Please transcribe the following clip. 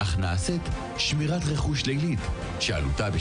אנחנו נראה בהמשך גם תמונות, גם